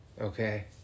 okay